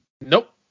Nope